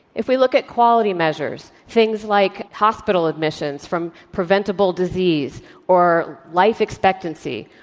if we look at quality measures, things like hospital admissions from preventable disease or life expectancy,